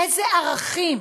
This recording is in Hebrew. אילו ערכים?